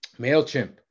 MailChimp